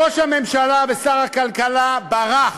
ראש הממשלה ושר הכלכלה ברח.